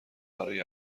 برای